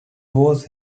was